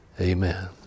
Amen